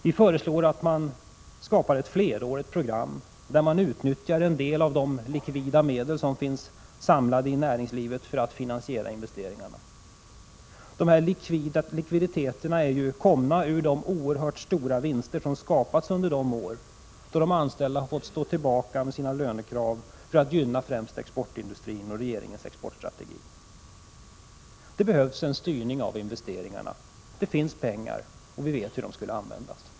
Vi föreslår att man skapar ett flerårigt program som utnyttjar en del av de likvida medel som finns samlade i näringslivet för att finansiera investeringarna. Dessa likviditeter har ju kommit ur de oerhört stora vinster som skapades under de år då de anställda fick stå tillbaka med sina lönekrav för att gynna främst exportindustrin och regeringens exportstrategi. Det behövs en styrning av investeringarna. Det finns pengar, och vi vet hur de skulle kunna användas.